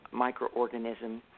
microorganism